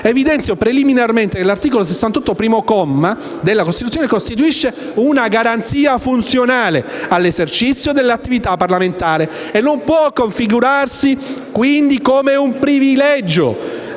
«Evidenzio preliminarmente che l'articolo 68, comma 1, della Costituzione costituisce una garanzia funzionale all'esercizio dell'attività parlamentare e non può configurarsi quindi come un privilegio.